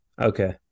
Okay